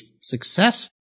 success